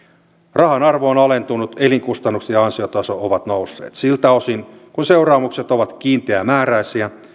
rahan arvo on on alentunut elinkustannukset ja ansiotaso ovat nousseet siltä osin kuin seuraamukset ovat kiinteämääräisiä